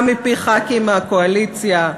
גם מפי ח"כים מהקואליציה.